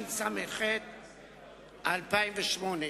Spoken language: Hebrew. התשס"ח-2008,